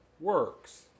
works